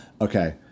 Okay